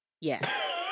yes